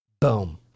Boom